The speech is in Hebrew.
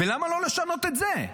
למה לא לשנות את זה?